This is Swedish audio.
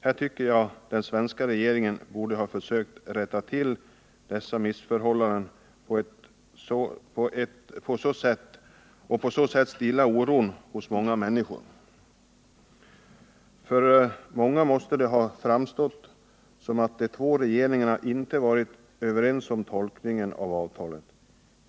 Jag tycker att den svenska regeringen borde ha försökt rätta till missförhållandena och på så sätt stillat oron hos många människor. För många måste det nämligen ha framstått som om de båda regeringarna inte varit överens om tolkningen av avtalet.